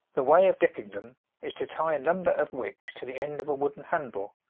the way of dipping them is to tie a number of wicks to the end of a wooden handle,